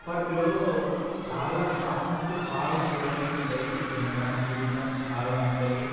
zoo పార్క్లో చాలా చాలా అంటే చాలా చూడడానికి ఉంటాయి తినడానికి గుట్ట చాలా ఉంటాయి